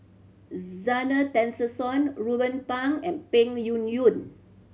Zena Tessensohn Ruben Pang and Peng Yuyun